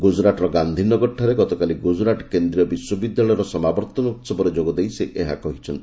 ଗୁଜୁରାଟ୍ର ଗାନ୍ଧିନଗରଠାରେ ଗତକାଲି ଗୁଜୁରାଟ କେନ୍ଦ୍ରୀୟ ବିଶ୍ୱବିଦ୍ୟାଳୟର ସମାବର୍ତ୍ତନ ଉହବରେ ଯୋଗଦେଇ ସେ ଏହା କହିଛନ୍ତି